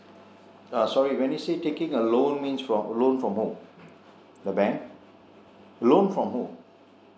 uh sorry when you said taking a loan means from loan from who the bank loan from who